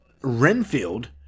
Renfield